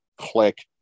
Click